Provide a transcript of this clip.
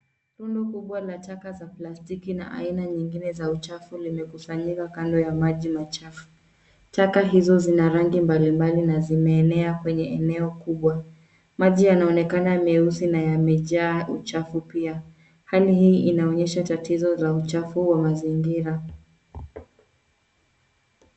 Rundo kubwa la taka za plastiki na aina nyingine za uchafu limekusanyika kando ya maji machafu. Taka hizo zina rangi mbalimbali na zimeenea kwenye eneo kubwa. Maji yanaonekana meusi na yamejaa uchafu pia. Hali hii inaonyesha tatizo za uchafu wa mazingira.